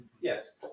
Yes